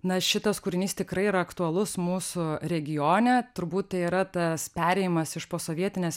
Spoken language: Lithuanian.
na šitas kūrinys tikrai yra aktualus mūsų regione turbūt tai yra tas perėjimas iš posovietinės